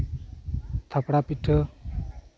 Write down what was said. ᱛᱷᱟᱯᱲᱟ ᱯᱤᱴᱷᱟᱹ